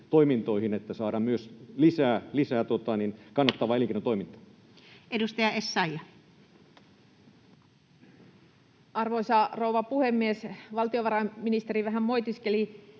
että saadaan myös lisää kannattavaa elinkeinotoimintaa. Edustaja Essayah. Arvoisa rouva puhemies! Valtiovarainministeri vähän moitiskeli